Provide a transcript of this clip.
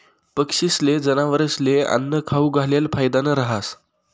पक्षीस्ले, जनावरस्ले आन्नं खाऊ घालेल फायदानं रहास